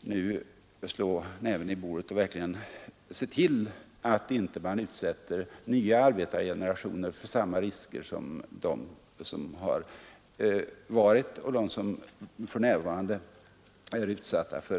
nu skall slå näven i bordet och verkligen se till att man inte utsätter nya arbetargenerationer för samma risker som arbetarna varit och för närvarande är utsatta för.